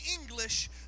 English